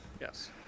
yes